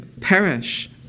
perish